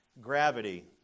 gravity